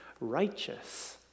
righteous